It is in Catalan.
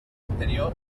anterior